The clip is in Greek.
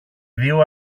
δυο